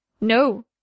No